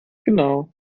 genau